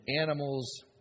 animals